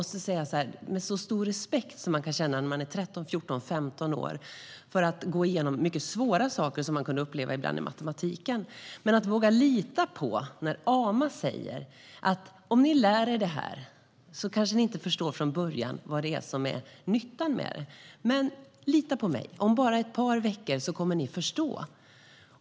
Så här sa "Ama" när vi gick igenom svåra saker i matematiken: Ni kanske inte förstår från början vad som är nyttan med det, men lita på mig. Om bara ett par veckor kommer ni att förstå.